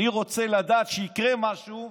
אני רוצה לדעת שיקרה משהו,